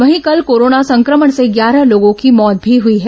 वहीं कल कोरोना संक्रमण से ग्यारह लोगों की मौत भी हुई है